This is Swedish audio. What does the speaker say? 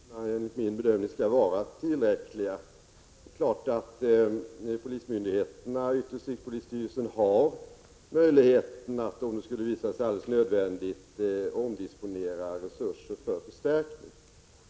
Herr talman! Jag vidhåller att resurserna enligt min bedömning skall vara tillräckliga. Det är klart att polismyndigheterna, ytterst rikspolisstyrelsen, har möjligheten att — om det skulle visa sig alldeles nödvändigt — omdisponera resurserna för förstärkning.